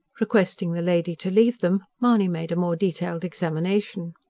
requesting the lady to leave them, mahony made a more detailed examination.